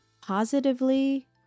positively